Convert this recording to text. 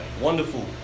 Wonderful